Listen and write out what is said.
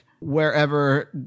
wherever